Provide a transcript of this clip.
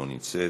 לא נמצאת.